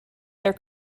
their